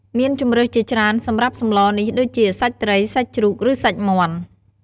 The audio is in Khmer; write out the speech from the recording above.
មានជម្រើសជាច្រើនសម្រាប់សម្លនេះដូចជាសាច់ត្រី សាច់ជ្រូក ឬសាច់មាន់។